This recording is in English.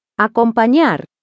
Acompañar